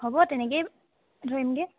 হ'ব তেনেকেই ধৰিমগৈ